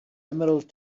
emerald